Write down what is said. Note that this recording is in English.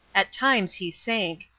at times he sank.